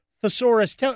thesaurus